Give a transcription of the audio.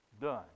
done